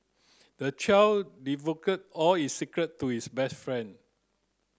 the child all his secret to his best friend